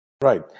Right